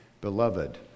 Beloved